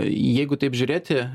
jeigu taip žiūrėti